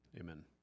Amen